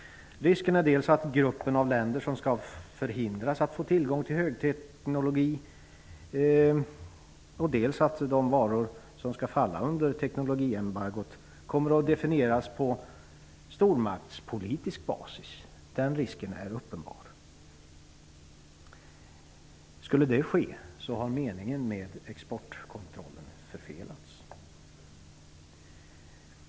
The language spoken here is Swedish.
Risken är dels att gruppen av länder som skall förhindras att få tillgång till högteknologi, dels att de varor som skall falla under teknologiembargot kommer att definieras på stormaktspolitisk basis. Den risken är uppenbar. Skulle det ske har meningen med exportkontrollen förfelats.